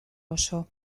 oso